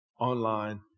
online